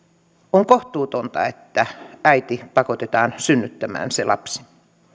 on kohtuutonta että äiti pakotetaan synnyttämään se lapsi